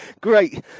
Great